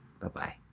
Bye-bye